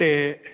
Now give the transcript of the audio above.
ਤੇ